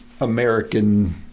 American